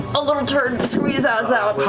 a little turd and squeezes out,